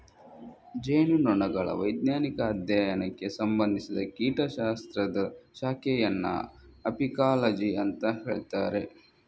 ಜೇನುನೊಣಗಳ ವೈಜ್ಞಾನಿಕ ಅಧ್ಯಯನಕ್ಕೆ ಸಂಬಂಧಿಸಿದ ಕೀಟ ಶಾಸ್ತ್ರದ ಶಾಖೆಯನ್ನ ಅಪಿಕಾಲಜಿ ಅಂತ ಹೇಳ್ತಾರೆ